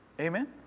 Amen